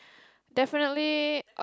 definitely